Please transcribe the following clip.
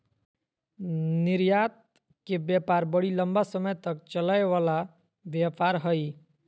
निर्यात के व्यापार बड़ी लम्बा समय तक चलय वला व्यापार हइ